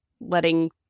letting